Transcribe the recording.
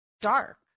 dark